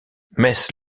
mess